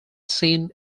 sin